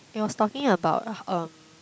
it was talking about um